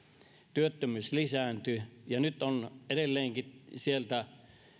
työttömyys lisääntyi ja nyt on edelleenkin sieltä